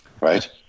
right